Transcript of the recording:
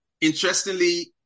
interestingly